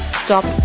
stop